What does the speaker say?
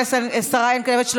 השרה ינקלביץ',